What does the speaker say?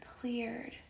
cleared